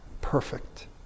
perfect